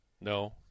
No